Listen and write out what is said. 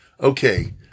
okay